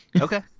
Okay